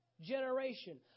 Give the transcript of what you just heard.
generation